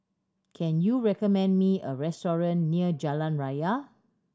can you recommend me a restaurant near Jalan Raya